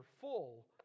full